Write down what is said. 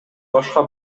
башка